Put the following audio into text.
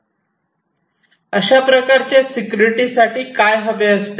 अशा प्रकारच्या सिक्युरिटी साठी काय हवे असते